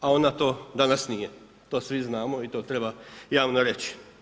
A onda to danas nije, to svi znamo i to treba javno reći.